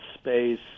space